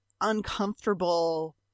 uncomfortable